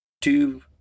two